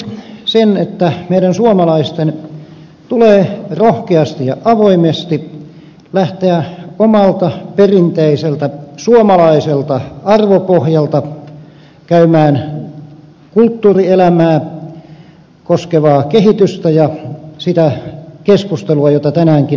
näkisin että meidän suomalaisten tulee rohkeasti ja avoimesti lähteä omalta perinteiseltä suomalaiselta arvopohjalta käymään kulttuurielämää koskevaa kehitystä ja sitä keskustelua jota tänäänkin täällä käymme